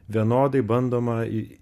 vienodai bandoma į